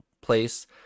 place